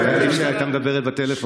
כבר היה עדיף שהיא הייתה מדברת בטלפון.